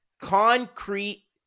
concrete